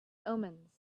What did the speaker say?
omens